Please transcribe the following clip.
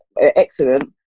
excellent